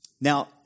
Now